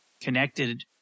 connected